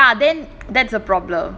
ya then that's a problem